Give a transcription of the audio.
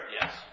Yes